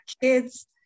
kids